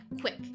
quick